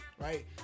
right